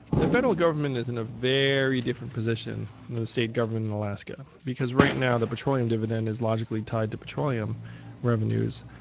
the federal government is in a very different position than the state government in alaska because right now, the petroleum dividend is logically tied to petroleum revenues,